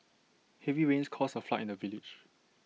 heavy rains caused A flood in the village